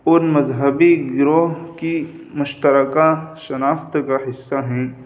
ان مذہبی گروہ کی مشترکہ شناخت کا حصہ ہیں